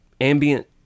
ambient